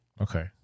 Okay